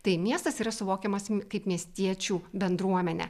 tai miestas yra suvokiamas kaip miestiečių bendruomenė